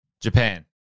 Japan